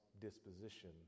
disposition